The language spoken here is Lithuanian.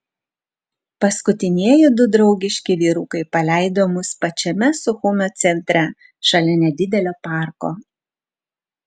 paskutinieji du draugiški vyrukai paleido mus pačiame suchumio centre šalia nedidelio parko